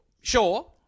Sure